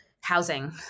housing